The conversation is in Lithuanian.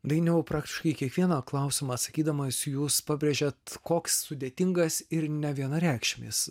dainiau praktiškai į kiekvieną klausimą atsakydamas jūs pabrėžiat koks sudėtingas ir nevienareikšmis